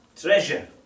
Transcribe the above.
treasure